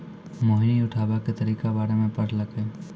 मोहिनी उठाबै के तरीका बारे मे पढ़लकै